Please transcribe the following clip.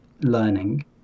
learning